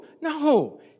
No